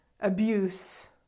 abuse